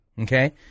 Okay